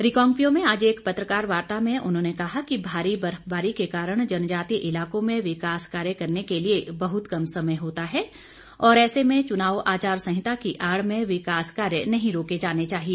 रिकांगपिओ में आज एक पत्रकार वार्ता में उन्होंने कहा कि भारी बर्फबारी के कारण जनजातीय इलाकों में विकास कार्य करने के लिए बहुत कम समय होता है और ऐसे में चुनाव आचार संहिता की आड़ में विकास कार्य नहीं रोके जाने चाहिए